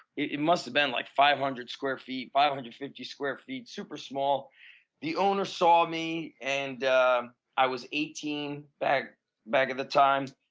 it must have been like five-hundred square feet, five-hundred fifty square feet, super small the owner saw me and i was eighteen back back at the time.